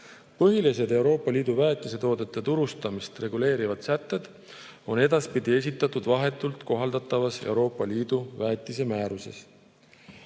Põhilised Euroopa Liidu väetisetoodete turustamist reguleerivad sätted on edaspidi esitatud vahetult kohaldatavas Euroopa Liidu väetise[toodete]